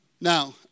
Now